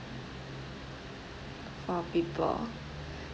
four people